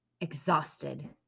exhausted